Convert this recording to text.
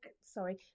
sorry